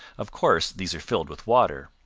of course, these are filled with water.